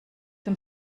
dem